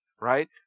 right